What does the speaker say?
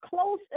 close